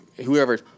whoever